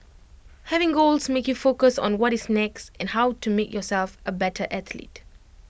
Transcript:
having goals makes you focus on what is next and how to make yourself A better athlete